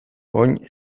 orain